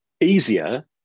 easier